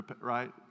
right